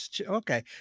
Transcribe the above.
okay